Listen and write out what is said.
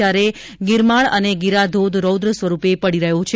જ્યારે ગિરમાળ અને ગીરાધોધ રૌદ્ર સ્વરૂપે પડી રહ્યો છે